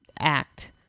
act